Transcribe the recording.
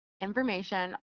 information